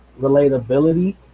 relatability